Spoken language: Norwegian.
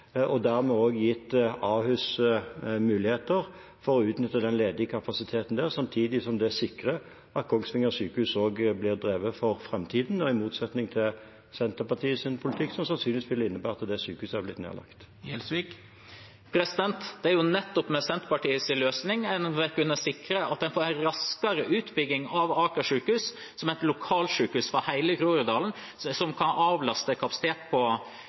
Dermed er Ahus gitt muligheter for å utnytte den ledige kapasiteten der, samtidig som det sikrer at Kongsvinger sykehus også blir drevet for framtiden, i motsetning til med Senterpartiets politikk, som sannsynligvis ville innebåret at sykehuset hadde blitt nedlagt. Det er jo nettopp med Senterpartiets løsning en vil kunne sikre en raskere utbygging av Aker sykehus som et lokalsykehus for hele Groruddalen som kan avlaste i forhold til kapasiteten på